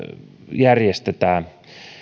järjestetään